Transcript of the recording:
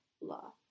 law